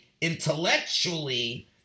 intellectually